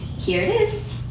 here is